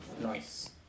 Nice